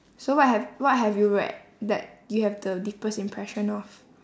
so what have what have you read that you have the deepest impression of